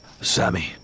Sammy